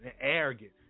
arrogant